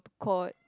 quote